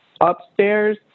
upstairs